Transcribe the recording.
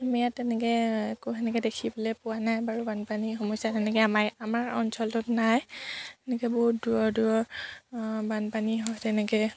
আমাৰ ইয়াত তেনেকৈ একো সেনেকৈ দেখিবলৈ পোৱা নাই বাৰু বানপানীৰ সমস্যা তেনেকৈ আমাৰ আমাৰ অঞ্চলটোত নাই এনেকৈ বহুত দূৰৰ দূৰৰ বানপানী হয় তেনেকৈ